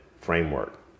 framework